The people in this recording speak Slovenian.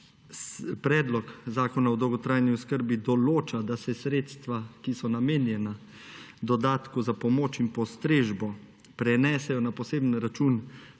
Predlog zakona o dolgotrajni oskrbi določa, da se sredstva, ki so namenjena dodatku za pomoč in postrežbo, prenesejo na poseben račun